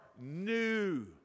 new